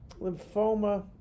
lymphoma